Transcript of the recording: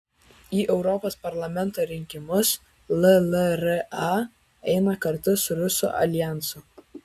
į europos parlamento rinkimus llra eina kartu su rusų aljansu